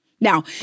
Now